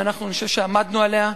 ואנחנו, אני חושב, עמדנו עליה.